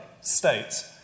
states